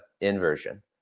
inversion